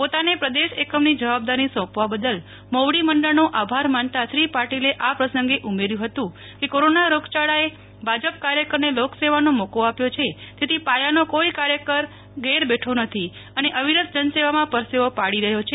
પોતાને પ્રદેશ એકમની જવાબદારી સોંપવા બદલ મોવડી મંડળનો આભાર માનતા શ્રી પાટિલે આ પ્રસંગે ઉમેર્યુ હતુ કે કોરોના રોગયાળા એ ભાજપ કાર્યકરને લક્રેસેવાનો મોકો આપ્યો છે તેથી પાયાનો કોઈ કાર્યકર ઘેર બેઠો નથી અને અવિરત જનસેવામાં પરસેવો પાડી રહ્યો છે